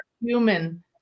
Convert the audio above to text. human